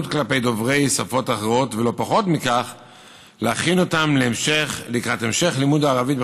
מיומנויות של ראשית הקריאה והכתיבה.